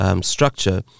structure